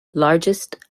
largest